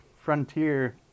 frontier